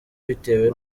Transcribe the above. bitewe